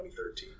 2013